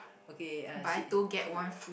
okay uh she she